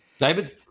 David